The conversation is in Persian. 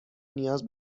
نیاز